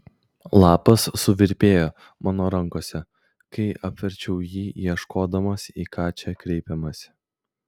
lapas suvirpėjo mano rankose kai apverčiau jį ieškodamas į ką čia kreipiamasi